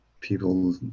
people